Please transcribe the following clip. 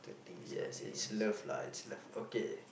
yeas is love lah is love okay